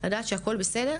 לדעת שהכול בסדר.